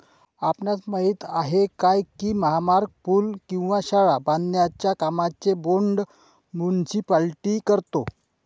आपणास माहित आहे काय की महामार्ग, पूल किंवा शाळा बांधण्याच्या कामांचे बोंड मुनीसिपालिटी करतो?